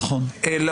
נכון.